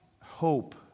hope